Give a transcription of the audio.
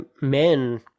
men